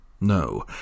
no